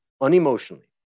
unemotionally